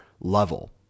level